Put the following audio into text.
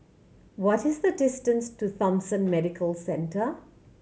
what is the distance to Thomson Medical Centre